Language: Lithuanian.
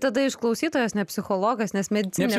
tada išklausytojos ne psichologas nes medicinine